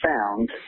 found